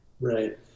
Right